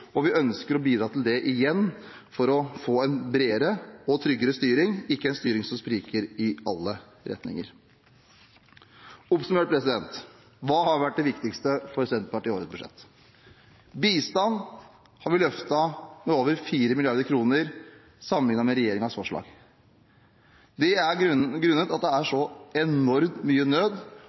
og vi ønsker å bidra til det igjen for å få en bredere og tryggere styring, ikke en styring som spriker i alle retninger. Oppsummert: Hva har vært det viktigste for Senterpartiet i årets budsjett? Vi har økt bistand med over 4 mrd. kr sammenlignet med regjeringens forslag. Det er på grunn av at det er så enormt mye nød.